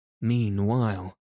Meanwhile